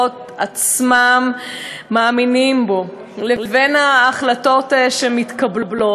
עצמם מאמינים בו לבין ההחלטות שמתקבלות.